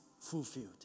fulfilled